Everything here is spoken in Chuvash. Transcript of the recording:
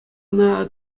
ӑна